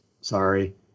Sorry